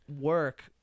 work